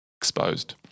exposed